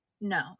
No